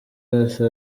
yose